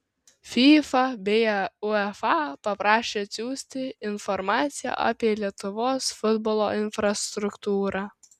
fifa bei uefa paprašė atsiųsti informaciją apie lietuvos futbolo infrastruktūrą